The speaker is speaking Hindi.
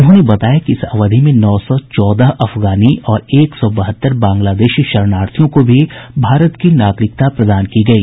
उन्होंने बताया कि इस अवधि में नौ सौ चौदह अफगानी और एक सौ बहत्तर बांग्लादेशी शरणार्थियों को भी भारत की नागरिकता प्रदान की गयी